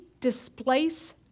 displace